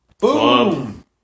Boom